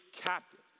captive